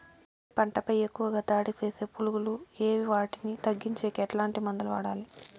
పత్తి పంట పై ఎక్కువగా దాడి సేసే పులుగులు ఏవి వాటిని తగ్గించేకి ఎట్లాంటి మందులు వాడాలి?